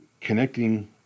connecting